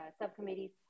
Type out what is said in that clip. subcommittees